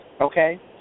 okay